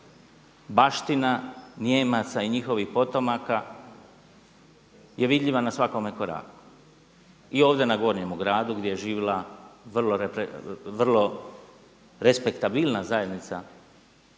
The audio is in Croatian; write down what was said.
Baština Nijemaca i njihovih potomaka je vidljiva na svakome koraku. I ovdje na Gornjemu gradu gdje je živjela vrlo respektabilna zajednica